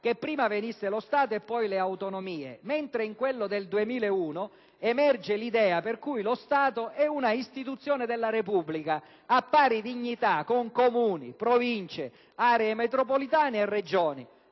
che prima venisse lo Stato e poi le autonomie, mentre in quello del 2001 emerge l'idea per cui lo Stato è una istituzione della Repubblica, a pari dignità con Comuni, Province, aree metropolitane e Regioni».